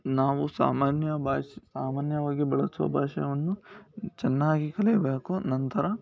ನಾವು ಸಾಮಾನ್ಯ ಭಾಷೆ ಸಾಮಾನ್ಯವಾಗಿ ಬಳಸುವ ಭಾಷೆಯನ್ನು ಚೆನ್ನಾಗಿ ಕಲಿಯಬೇಕು ನಂತರ